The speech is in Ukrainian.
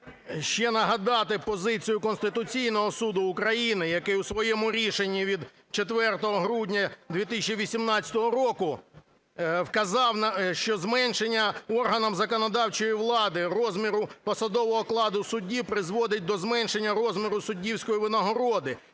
ще нагадати позицію Конституційного Суду України, який у своєму рішенні від 4 грудня 2018 року вказав, що зменшення органом законодавчої влади розміру посадового окладу судді призводить до зменшення розміру суддівської винагороди,